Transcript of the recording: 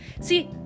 See